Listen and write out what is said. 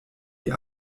die